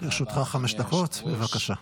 לרשותך חמש דקות, בבקשה.